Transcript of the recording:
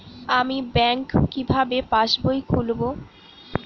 আমি ব্যাঙ্ক কিভাবে পাশবই খুলব?